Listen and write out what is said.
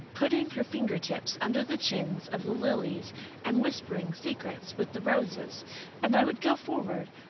putting her fingertips under the chins of the lilies and whispering secrets with the roses and i would go forward,